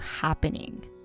happening